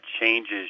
changes